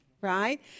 right